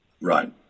Right